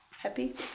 happy